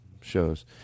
shows